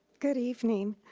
good evening.